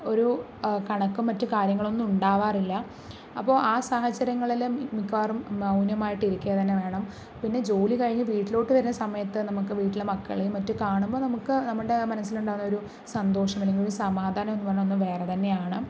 ഒരു കണക്കും മറ്റു കാര്യങ്ങളൊന്നും ഉണ്ടാവാറില്ല അപ്പോൾ ആ സാഹചര്യങ്ങളിലും മിക്കവാറും മൗനമായിട്ടിരിക്കുക തന്നെ വേണം പിന്നെ ജോലി കഴിഞ്ഞ് വീട്ടിലോട്ട് വരുന്ന സമയത്ത് നമുക്ക് വീട്ടില് മക്കളേയും മറ്റും കാണുമ്പോൾ നമുക്ക് നമ്മടെ മനസ്സിലുണ്ടാകുന്ന ആ ഒരു സന്തോഷം അല്ലെങ്കില് ഒരു സമാധാനം എന്ന് പറഞ്ഞാൽ ഒന്നു വേറെ തന്നെയാണ്